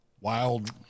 wild